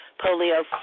polio